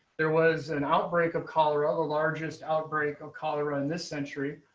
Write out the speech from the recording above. there was an outbreak of cholera, ah the largest outbreak of cholera in this century.